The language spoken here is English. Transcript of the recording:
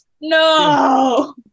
No